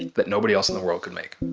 that nobody else in the world could make.